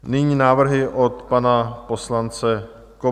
Nyní návrhy od pana poslance Kobzy.